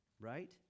right